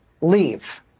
leave